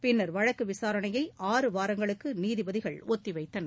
பின்னர் வழக்கு விசாரணைய ஆறு வாரங்களுக்கு நீதிபதிகள் ஒத்தி வைத்தனர்